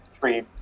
three